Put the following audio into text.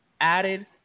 added